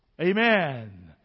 Amen